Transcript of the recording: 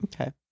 Okay